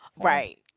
right